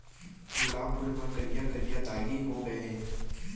गुलाब फूल म करिया करिया दागी हो गय हे